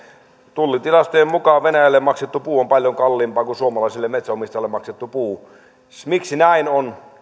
tullitilastojen mukaan venäjälle maksettu puu on paljon kalliimpaa kuin suomalaiselle metsänomistajalle maksettu puu miksi näin on